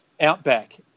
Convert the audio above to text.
Outback